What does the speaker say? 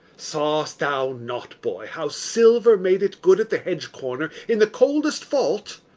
saw'st thou not, boy, how silver made it good at the hedge-corner, in the coldest fault?